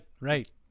right